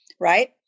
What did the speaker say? Right